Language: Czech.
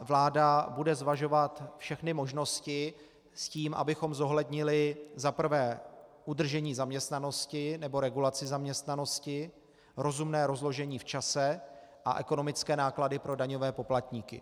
Vláda bude zvažovat všechny možnosti, s tím, abychom zohlednili za prvé udržení zaměstnanosti nebo regulaci zaměstnanosti, rozumné rozložení v čase a ekonomické náklady pro daňové poplatníky.